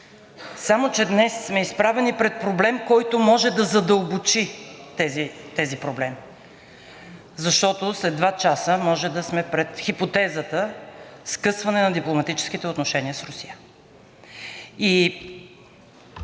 Само че днес сме изправени пред проблем, който може да задълбочи тези проблеми, защото след два часа може да сме пред хипотезата скъсване на дипломатическите отношения с Русия. И